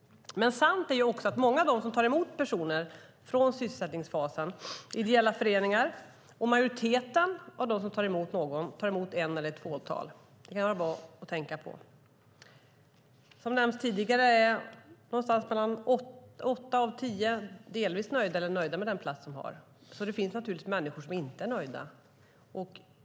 Men sant är också att många av dem som tar emot personer från sysselsättningsfasen är ideella föreningar, och majoriteten av dem som tar emot personer tar emot en eller ett fåtal. Det kan vara bra att tänka på. Som har nämnts tidigare är ungefär åtta av tio delvis nöjda eller nöjda med den plats de har. Det finns naturligtvis människor som inte är nöjda.